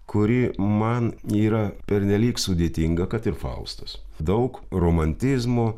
kuri man yra pernelyg sudėtinga kad ir faustas daug romantizmo